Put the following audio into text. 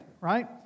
right